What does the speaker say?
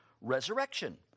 resurrection